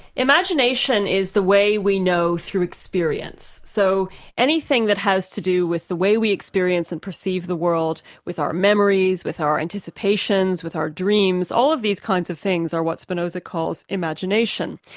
imagination is the way we know through experience. so anything that has to do with the way we experience and perceive the world with our memories, with our anticipations, with our dreams, all of these kinds of things are what spinoza calls imagination.